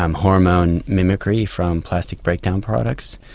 um hormone mimicry from plastic breakdown products.